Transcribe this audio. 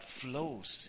flows